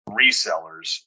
resellers